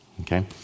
Okay